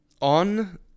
On